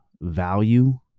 value